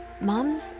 Mums